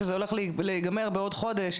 שבינתיים היו במלונות,